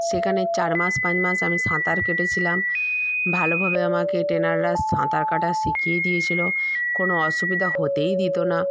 সেখানে চার মাস পাঁচ মাস আমি সাঁতার কেটেছিলাম ভালোভাবে আমাকে ট্রেনাররা সাঁতার কাটা শিখিয়ে দিয়েছিলো কোনো অসুবিধা হতেই দিতো না